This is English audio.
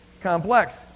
complex